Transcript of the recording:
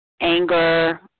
anger